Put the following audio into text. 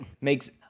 makes